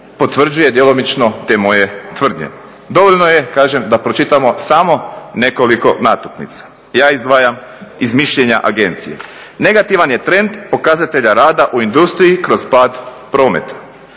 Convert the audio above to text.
potvrđuje djelomično te moje tvrdnje. Dovoljno je da pročitamo samo nekoliko natuknica, ja izdvajam iz mišljenja agencije. "Negativan je trend pokazatelja rada u industriji kroz pad prometa.